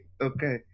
Okay